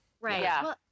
Right